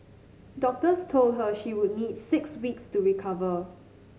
doctors told her she would need six weeks to recover